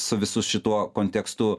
su visu šituo kontekstu